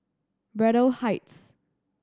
Braddell Heights